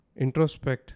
introspect